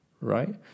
right